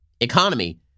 economy